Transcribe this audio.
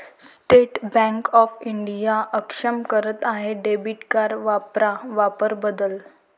state Bank of India अक्षम करत आहे डेबिट कार्ड वापरा वापर बदल